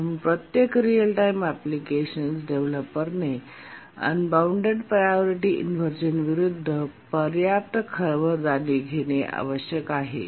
म्हणून प्रत्येक real time applications डेव्हलपरने अनबॉऊण्डेड प्रायोरिटी इनव्हर्जनविरूद्ध पर्याप्त खबरदारी घेणे आवश्यक आहे